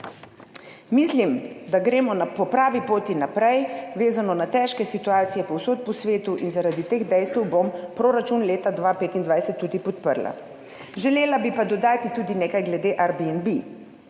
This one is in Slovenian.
Mislim, da gremo po pravi poti naprej, vezano na težke situacije povsod po svetu. Zaradi teh dejstev bom proračun leta 2025 tudi podprla. Želela bi pa dodati tudi nekaj glede Airbnb.